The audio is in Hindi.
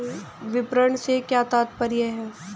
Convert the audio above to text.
विपणन से क्या तात्पर्य है?